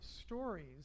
stories